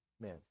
Man